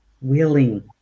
Willing